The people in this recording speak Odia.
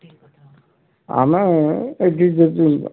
ଆମେ ଏଇଠ ଯେ